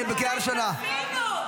הבן אדם פושע.